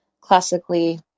classically